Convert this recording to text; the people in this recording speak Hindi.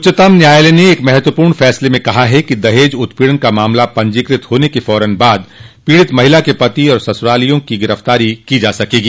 उच्चतम न्यायालय ने एक महत्वपूर्ण फैसले में कहा है कि दहेज उत्पीड़न का मामला पंजीकत होने के फौरन बाद पीड़ित महिला के पति और ससुरालियों की गिरफ्तारी की जा सकेगी